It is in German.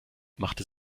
machte